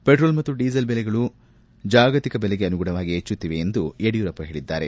petrol ಮತ್ತು diesel ಬೆಲೆಗಳು ಬೆಲೆಗಳು ಜಾಗತಿಕ ಬೆಲೆಗೆ ಅನುಗುಣವಾಗಿ ಹೆಚ್ಚುತ್ತಿದೆ ಎಂದು ಯಡಿಯೂರಪ್ಪ ಹೇಳಿದ್ದಾರೆ